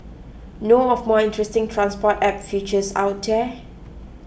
know of more interesting transport app features out there